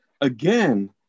again